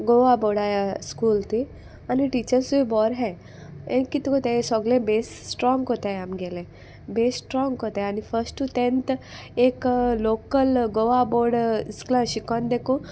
गोवा बोर्डाय स्कूल ती आनी टिचर्सूय बोर हाय हें कित कों सोगलें बेज स्ट्रोंग कोताय आमगेलें बेस स्ट्रोंग कोताय आनी फर्स्ट टू तेन्थ एक लोकल गोवा बोर्ड इस्कलान शिकोन देखून